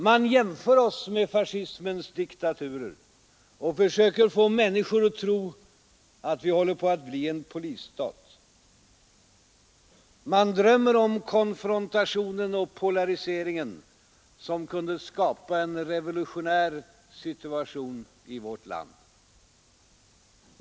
Man jämför oss med fascismens diktaturer och försöker få människorna att tro att Sverige håller på att bli en polisstat. Man drömmer om konfrontationen och polariseringen, som kunde skapa en revolutionär situation i vårt land.